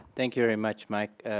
thank you very much, mike.